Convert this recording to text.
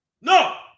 No